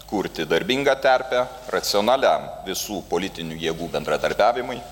kurti darbingą terpę racionaliam visų politinių jėgų bendradarbiavimui